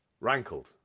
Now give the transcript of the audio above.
Rankled